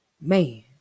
Man